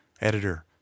editor